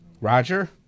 Roger